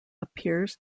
appears